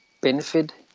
benefit